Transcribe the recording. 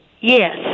yes